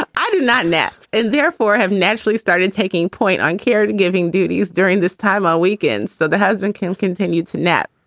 i do not met and therefore have naturally started taking point on caregiving duties during this time on ah weekends that the husband can continue to net.